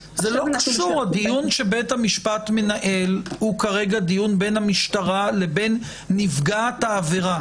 הדיון שבית המשפט מנהל הוא דיון בין המשטרה לבין נפגעת העבירה.